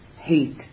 hate